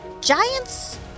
Giants